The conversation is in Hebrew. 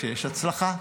כשיש הצלחה.